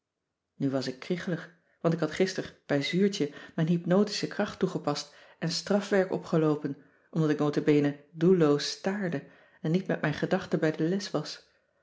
nu was ik kriegelig want ik had gister bij zuurtje mijn hypnotische kracht toegepast en strafwerk opgeloopen omdat ik nota bene doelloos staarde en niet met mijn gedachten bij de les was